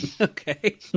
Okay